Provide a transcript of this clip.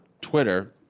Twitter